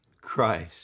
Christ